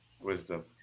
wisdom